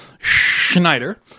Schneider